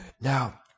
Now